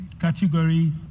category